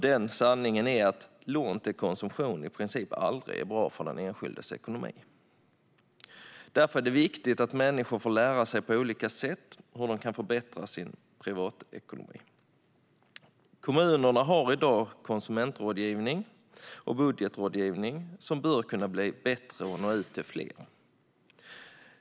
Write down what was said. Den sanningen är att lån till konsumtion i princip aldrig är bra för den enskildes ekonomi. Därför är det viktigt att människor på olika sätt får lära sig hur de kan förbättra sin privatekonomi. Kommunerna har i dag konsumentrådgivning och budgetrådgivning som bör kunna bli bättre och nå ut till fler.